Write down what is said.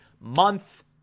month